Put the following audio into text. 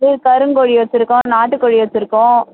ம் கருங்கோழி வச்சுருக்கோம் நாட்டுக்கோழி வச்சுருக்கோம்